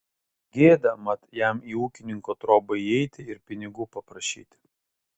gėda mat jam į ūkininko trobą įeiti ir pinigų paprašyti